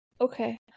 okay